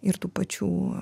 ir tų pačių